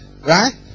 Right